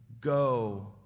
Go